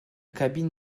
cabine